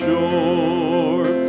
shore